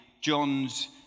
John's